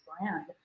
brand